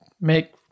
make